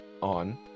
on